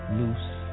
loose